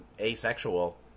asexual